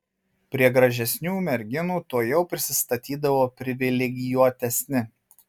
prie gražesnių merginų tuojau prisistatydavo privilegijuotesni